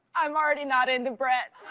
i'm already not into brett.